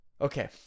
okay